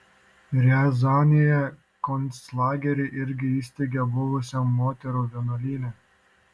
riazanėje konclagerį irgi įsteigė buvusiame moterų vienuolyne